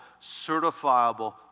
certifiable